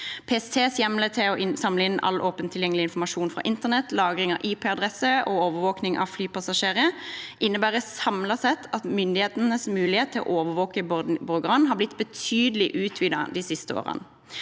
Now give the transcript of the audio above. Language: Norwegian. PSTs hjemler til å samle inn all åpent tilgjengelig informasjon fra internett, lagre IP-adresser og overvåke flypassasjerer innebærer samlet sett at myndighetenes mulighet til å overvåke borgerne har blitt betydelig utvidet de siste årene.